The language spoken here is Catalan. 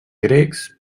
grecs